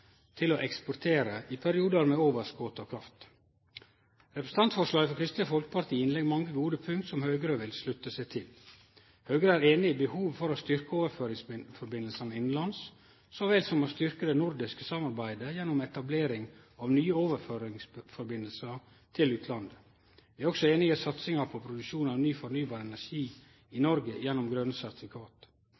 marknad å eksportere til i periodar med overskot på kraft. Representantforslaget frå Kristeleg Folkeparti inneheld mange gode punkt som Høgre vil slutte seg til. Høgre er einig i behovet for å styrkje overføringssambandet innalands, så vel som å styrkje det nordiske samarbeidet gjennom etablering av nye overføringslinjer til utlandet. Vi er også einige i satsinga på produksjon av ny fornybar energi i Noreg gjennom